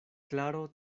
klaro